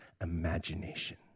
imagination